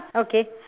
okay